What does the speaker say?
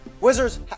Wizards